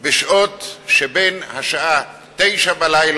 בסביבות מקומות הבילוי בין השעה 21:00